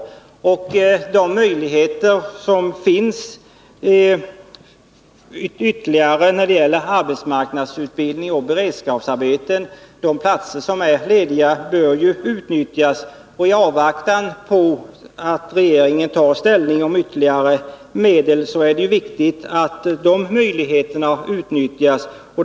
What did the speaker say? De ytterligare möjligheter som finns när det gäller arbetsmarknadsutbildning och beredskapsarbeten, dvs. de platser som är lediga, bör utnyttjas. I avvaktan på att regeringen tar ställning till ytterligare medel är det viktigt att dessa möjligheter utnyttjas.